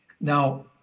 Now